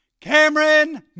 Cameron